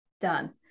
done